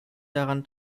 daran